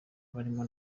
barimo